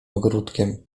ogródkiem